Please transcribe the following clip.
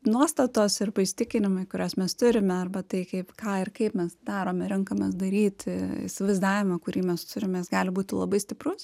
nuostatos arba įsitikinimai kuriuos mes turime arba tai kaip ką ir kaip mes darome renkamės daryti įsivaizdavimą kurį mes turim jis gali būti labai stiprus